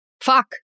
Fuck